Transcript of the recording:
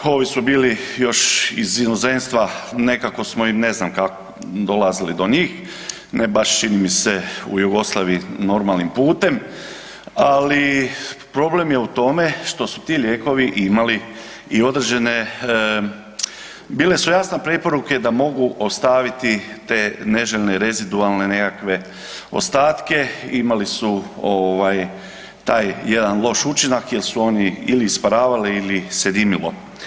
Ovi su bili još iz inozemstva, nekako smo im ne znam kako dolazili do njih, ne baš čini mi se u Jugoslaviji normalnim putem, ali problem je u tome što su ti lijekovi imali i određene, bile su jasne preporuke da mogu ostaviti te neželjene rezidualne nekakve ostatke, imali su ovaj taj jedan loš učinak jel su oni ili isparavali ili se dimilo.